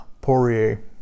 Poirier